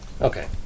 Okay